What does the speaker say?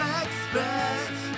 expect